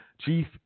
Chief